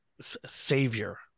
savior